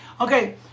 Okay